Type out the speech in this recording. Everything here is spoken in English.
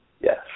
Yes